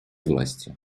властью